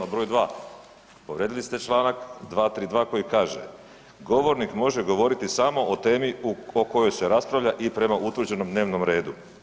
A broj dva, povrijedili ste čl. 232. koji kaže: „Govornik može govoriti samo o temi o kojoj se raspravlja i prema utvrđenom dnevnom redu.